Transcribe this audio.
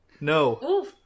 No